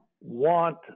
want